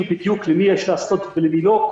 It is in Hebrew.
בדיוק למי יש לעשות בדיקות ולמי לא,